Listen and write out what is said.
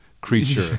creature